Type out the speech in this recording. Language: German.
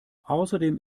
außerdem